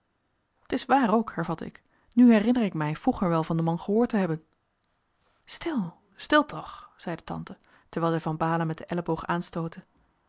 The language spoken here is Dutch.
t is waar ook hervatte ik nu herinner ik mij vroeger wel van den man gehoord te hebben stil stil toch zeide tante terwijl zij van baalen met den elleboog aanstootte